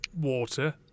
water